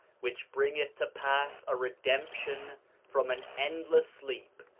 which bringeth to pass a redemption from an endless sleep,